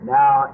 now